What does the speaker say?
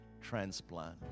transplant